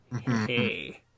Hey